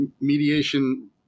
mediation